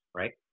right